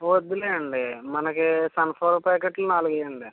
వద్దులేండి మనకి sunflower ప్యాకెట్లు నాలుగియ్యండి